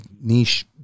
niche